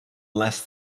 less